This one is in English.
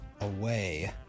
away